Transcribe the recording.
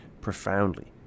profoundly